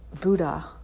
Buddha